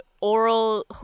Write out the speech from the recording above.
oral